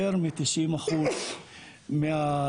יותר מתשעים אחוז מהישוב,